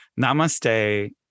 namaste